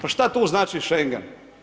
Pa što tu znači Schengen?